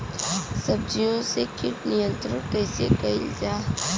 सब्जियों से कीट नियंत्रण कइसे कियल जा?